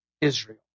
Israel